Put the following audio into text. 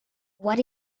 what